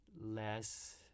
Less